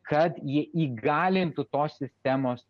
kad jie įgalintų tos sistemos